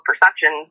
perceptions